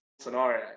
scenario